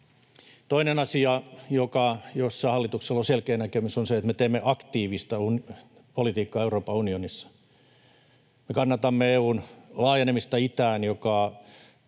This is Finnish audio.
Toinen asia, jossa hallituksella on selkeä näkemys, on se, että me teemme aktiivista politiikkaa Euroopan unionissa. Me kannatamme EU:n laajenemista itään, mikä